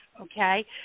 okay